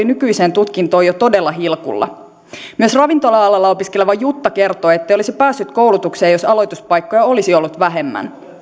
nykyiseen tutkintoon oli todella hilkulla myös ravintola alalla opiskeleva jutta kertoo ettei olisi päässyt koulutukseen jos aloituspaikkoja olisi ollut vähemmän